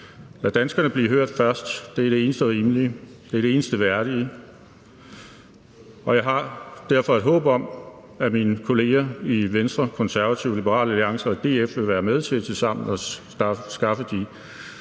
Lad danskerne blive hørt først, det er det eneste rimelige, det er det eneste værdige. Jeg har derfor et håb om, at mine kolleger i Venstre, Konservative, Liberal Alliance og DF vil være med til tilsammen